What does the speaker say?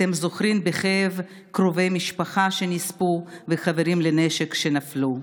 אתם זוכרים בכאב קרובי משפחה שנספו וחברים לנשק שנפלו.